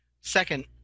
Second